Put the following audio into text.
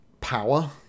power